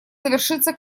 завершиться